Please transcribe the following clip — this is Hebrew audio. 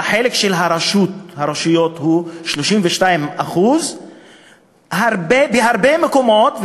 החלק של הרשויות הוא 32%. בהרבה מקומות,